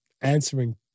answering